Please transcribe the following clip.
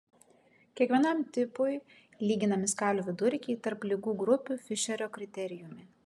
kiekvienam tipui lyginami skalių vidurkiai tarp ligų grupių fišerio kriterijumi